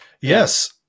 Yes